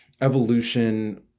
evolution